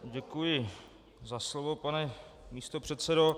Děkuji za slovo, pane místopředsedo.